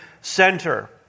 center